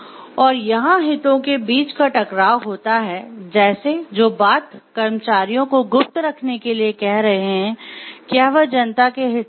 और यहाँ हितों के बीच टकराव होता है जैसे जो बात कर्मचारियों को गुप्त रखने के लिए कह रहे हैं क्या वह जनता के हित में है